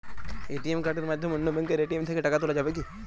ATM কার্ডের মাধ্যমে অন্য ব্যাঙ্কের এ.টি.এম থেকে টাকা তোলা যাবে কি?